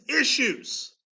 issues